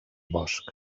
bosc